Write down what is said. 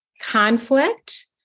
conflict